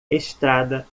estrada